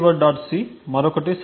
c మరొకటి sender